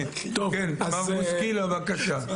מר בוסקילה בבקשה.